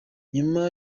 nyuma